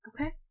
Okay